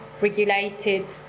regulated